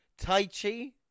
taichi